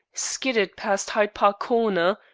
skidded past hyde park corner,